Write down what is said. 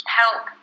help